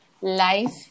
life